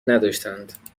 نداشتند